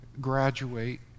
graduate